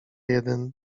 jeden